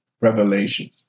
Revelations